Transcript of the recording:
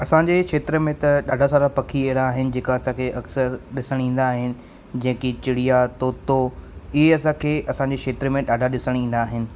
असांजे खेत्र में त ॾाढा सारा पखी अहिड़ा आहिनि जेका असांखे अक्सरि ॾिसण ईंदा आहिनि जीअं की चिड़िया तोतो ईअं असांखे असांजे खेत्र में ॾाढा ॾिसणु ईंदा आहिनि